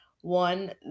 one